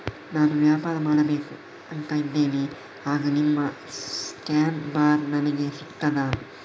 ನಾನು ವ್ಯಾಪಾರ ಮಾಡಬೇಕು ಅಂತ ಇದ್ದೇನೆ, ಆಗ ನಿಮ್ಮ ಸ್ಕ್ಯಾನ್ ಬಾರ್ ನನಗೆ ಸಿಗ್ತದಾ?